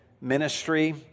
ministry